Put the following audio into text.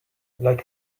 like